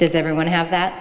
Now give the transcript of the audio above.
does everyone have that